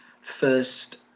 first